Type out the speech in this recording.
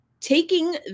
taking